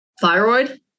Thyroid